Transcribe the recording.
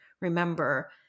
remember